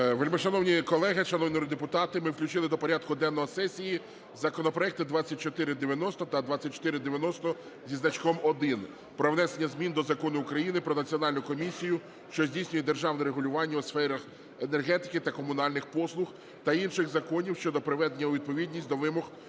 Вельмишановні колеги, шановні народні депутати! Ми включили до порядку денного сесії законопроекти 2490 та 2490 зі значком 1 про внесення змін до Закону України "Про Національну комісію, що здійснює державне регулювання у сферах енергетики та комунальних послуг" та інших законів (щодо приведення у відповідність до вимог Конституції